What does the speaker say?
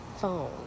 phone